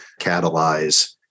catalyze